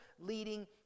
leading